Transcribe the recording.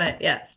Yes